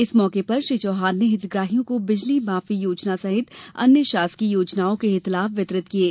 इस मौके पर श्री चौहान ने हितग्राहियों को बिजली माफी योजना सहित अन्य शासकीय योजनाओं के हित लाभ वितरित किये